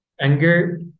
anger